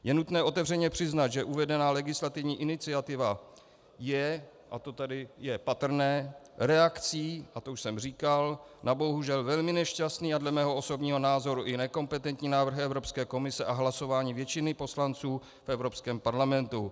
Je nutné otevřeně přiznat, že uvedená legislativní iniciativa je, a to tady je patrné, reakcí, a to už jsem říkal, na bohužel velmi nešťastný a dle mého osobního názoru i nekompetentní návrh Evropské komise a hlasování většiny poslanců v Evropském parlamentu.